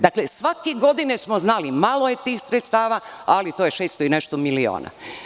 Dakle, svake godine smo znali, malo je tih sredstava, ali to je 600 i nešto miliona.